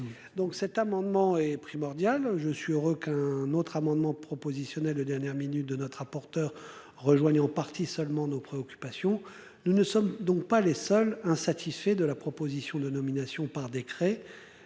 Donc, cet amendement est primordiale. Je suis heureux qu'un autre amendement propositionnelle de dernière minute de notre rapporteur rejoignent en partie seulement nos préoccupations. Nous ne sommes donc pas les seuls hein. Satisfait de la proposition de nomination par décret.